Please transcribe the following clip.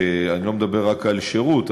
אני לא מדבר רק על שירות,